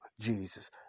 Jesus